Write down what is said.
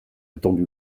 attendu